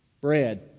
Bread